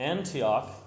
Antioch